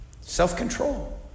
self-control